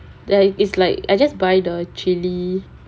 ya is like I just buy the chili